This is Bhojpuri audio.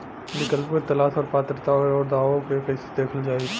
विकल्पों के तलाश और पात्रता और अउरदावों के कइसे देखल जाइ?